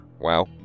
Wow